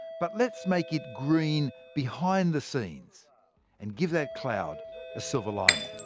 but let's make it green behind the scenes and give that cloud a silver lining